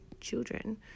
Children